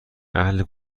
اهل